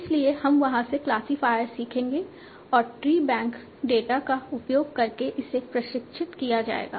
इसलिए हम वहां से क्लासिफायर सीखेंगे और ट्रीबैंक डेटा का उपयोग करके इसे प्रशिक्षित किया जाएगा